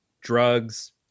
drugs